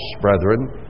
brethren